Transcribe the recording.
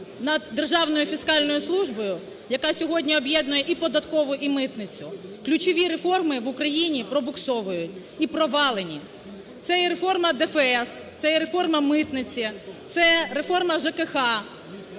над Державною фіскальною службою, яка сьогодні об'єднує і податкову, і митницю, ключові реформи в Україні пробуксовують і провалені. Це і реформа ДФС, це і реформа митниці, це реформа ЖКГ.